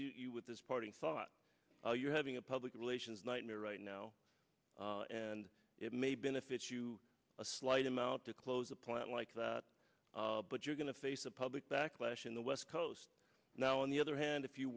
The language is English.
you with this parting thought you having a public relations nightmare right now and it may benefit you a slight amount to close a plant like that but you're going to face a public backlash in the west coast now on the other hand if you